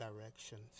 directions